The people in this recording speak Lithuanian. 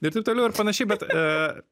ir taip toliau ir panašiai bet